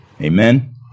Amen